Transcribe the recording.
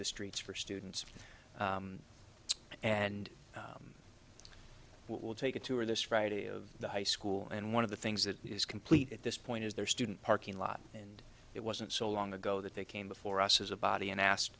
the streets for students and we'll take a tour this friday of the high school and one of the things that is complete at this point is their student parking lot and it wasn't so long ago that they came before us as a body and